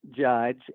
judge